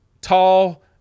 Tall